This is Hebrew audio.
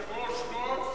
היושב-ראש,